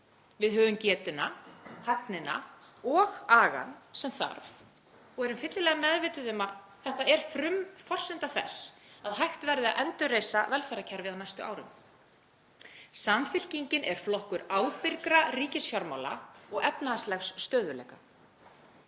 Við höfum getuna, hæfnina og agann sem þarf og erum fyllilega meðvituð um að þetta er frumforsenda þess að hægt verði að endurreisa velferðarkerfið á næstu árum. Samfylkingin er flokkur ábyrgra ríkisfjármála og efnahagslegs stöðugleika.